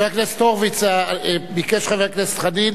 חבר הכנסת הורוביץ, ביקש חבר הכנסת חנין.